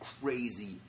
crazy